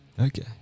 okay